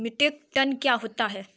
Metric ton क्या होता है?